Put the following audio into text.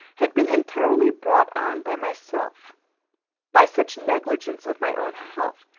had been entirely brought on by myself by such negligence of my own health,